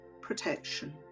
protection